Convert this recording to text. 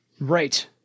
Right